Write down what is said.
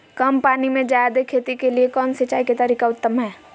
कम पानी में जयादे खेती के लिए कौन सिंचाई के तरीका उत्तम है?